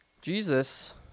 Jesus